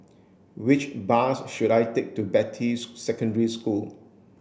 which bus should I take to Beatty Secondary School